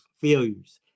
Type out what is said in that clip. failures